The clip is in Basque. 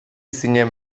zinen